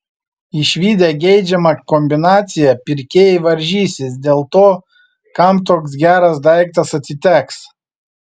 išvydę geidžiamą kombinaciją pirkėjai varžysis dėl to kam toks geras daiktas atiteks